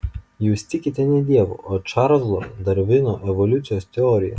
jūs tikite ne dievu o čarlzo darvino evoliucijos teorija